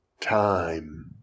Time